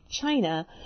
china